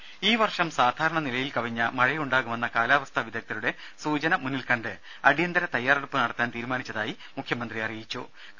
രുദ ഈ വർഷം സാധാരണനിലയിൽ കവിഞ്ഞ മഴയുണ്ടാകുമെന്ന കാലാവസ്ഥാ വിദഗ്ദ്ധരുടെ സൂചന മുന്നിൽക്കണ്ട് അടിയന്തര തയ്യാറെടുപ്പ് നടത്താൻ തീരുമാനിച്ചതായി മുഖ്യമന്ത്രി പിണറായി വിജയൻ പറഞ്ഞു